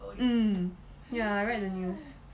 mm ya I read the news